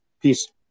peace